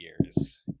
years